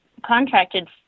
contracted